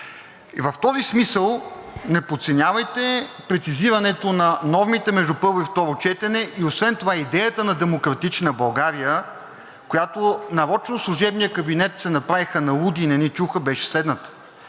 в този смисъл не подценявайте прецизирането на нормите между първо и второ четене. Освен това идеята на „Демократична България“, която нарочно служебният кабинет се направиха на луди и не ни чуха, беше следната: